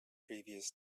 previous